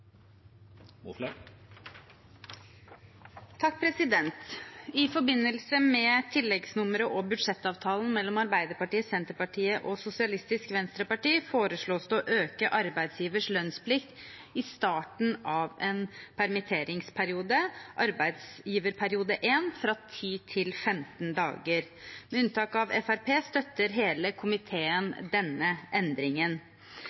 I forbindelse med tilleggsnummeret og budsjettavtalen mellom Arbeiderpartiet, Senterpartiet og Sosialistisk Venstreparti foreslås det å øke arbeidsgivers lønnsplikt i starten av en permitteringsperiode – arbeidsgiverperiode 1 – fra 10 til 15 dager. Med unntak av Fremskrittspartiet støtter hele